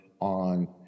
on